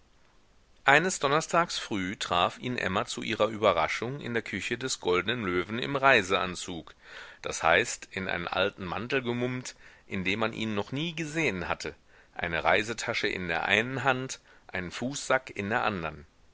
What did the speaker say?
eines donnerstags früh traf ihn emma zu ihrer überraschung in der küche des goldnen löwen im reiseanzug das heißt in einen alten mantel gemummt in dem man ihn noch nie gesehen hatte eine reisetasche in der einen hand einen fußsack in der andern